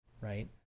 right